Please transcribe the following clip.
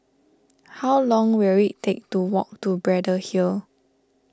how long will it take to walk to Braddell Hill